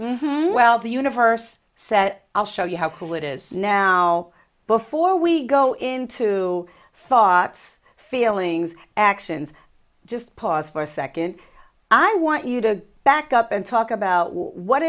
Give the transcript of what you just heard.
well the universe set i'll show you how cool it is now before we go into thoughts feelings actions just pause for a second i want you to back up and talk about what